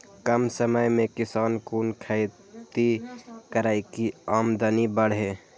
कम समय में किसान कुन खैती करै की आमदनी बढ़े?